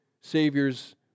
saviors